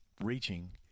reaching